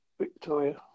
Victoria